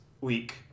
week